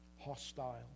hostile